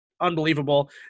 unbelievable